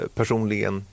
personligen